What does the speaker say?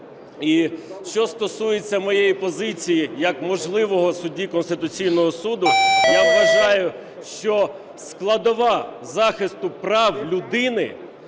що стосується моєї позиції як можливого судді Конституційного Суду. Я вважаю, що складова захисту прав людини